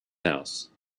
house